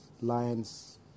lion's